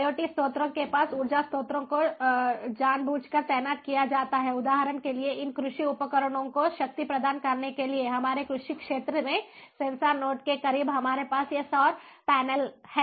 IoT स्रोतों के पास ऊर्जा स्रोतों को जानबूझकर तैनात किया जाता है उदाहरण के लिए इन कृषि उपकरणों को शक्ति प्रदान करने के लिए हमारे कृषि क्षेत्र में सेंसर नोड के करीब हमारे पास ये सौर पैनल हैं